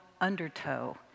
undertow